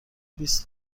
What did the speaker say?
بیست